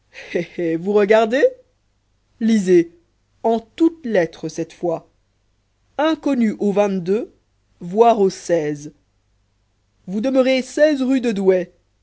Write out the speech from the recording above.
vous regardez lisez en toutes lettres cette fois inconnu au voir au vous demeurez rue de douai